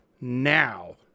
now